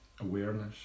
awareness